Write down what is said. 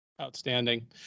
outstanding